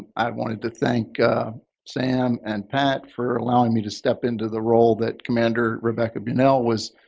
i wanted to thank sam and pat for allowing me to step into the role that commander rebecca bunnell was